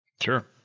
Sure